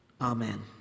Amen